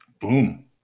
Boom